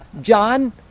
John